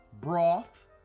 broth